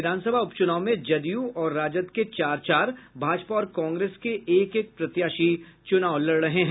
विधानसभा उपचुनाव में जदयू और राजद के के चार चार भाजपा और कांग्रेस के एक एक प्रत्याशी चुनाव लड़ रहे हैं